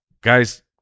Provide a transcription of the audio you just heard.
Guys